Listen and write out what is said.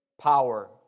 Power